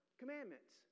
commandments